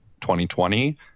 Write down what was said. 2020